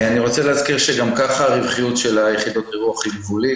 אני רוצה להזכיר שגם כך הרווחיות של יחידות האירוח היא גבולית,